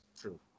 True